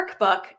workbook